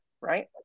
right